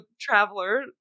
traveler